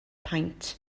paent